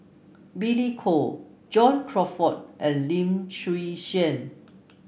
Billy Koh John Crawfurd and Lim Chwee Chian